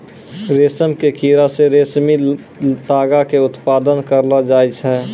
रेशम के कीड़ा से रेशमी तागा के उत्पादन करलो जाय छै